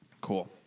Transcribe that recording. Cool